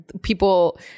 people